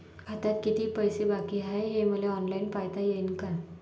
खात्यात कितीक पैसे बाकी हाय हे मले ऑनलाईन पायता येईन का?